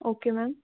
okay ma'am